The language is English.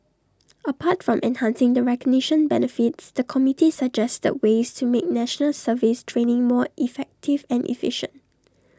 apart from enhancing the recognition benefits the committee suggested ways to make National Service training more effective and efficient